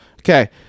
Okay